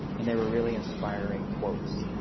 and they were really inspiring quotes.